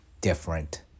different